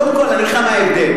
קודם כול, אני אגיד לך מה ההבדל.